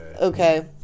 Okay